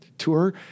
Tour